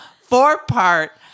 four-part